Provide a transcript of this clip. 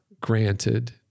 granted